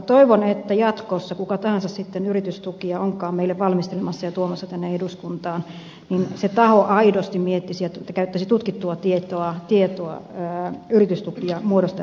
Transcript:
toivon että jatkossa kuka tahansa sitten onkaan meille yritystukia valmistelemassa ja tuomassa niitä tänne eduskuntaan se taho aidosti miettisi ja käyttäisi tutkittua tietoa yritystukia muodostettaessa